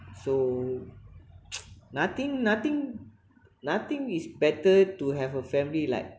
so nothing nothing nothing is better to have a family like